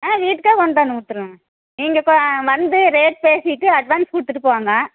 ஆ வீட்டுக்குகே கொண்டு வந்து கொடுத்துடுவேங்க நீங்கள் இப்போது வந்து ரேட்டு பேசிட்டு அட்வான்ஸ் கொடுத்துட்டு போங்க